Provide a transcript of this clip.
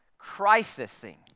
crisising